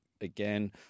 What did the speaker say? Again